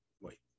wait